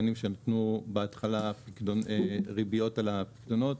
קטנים שנתנו בהתחלה ריביות על הפיקדונות.